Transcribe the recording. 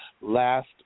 last